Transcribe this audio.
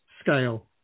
scale